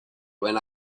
when